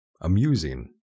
amusing